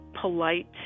polite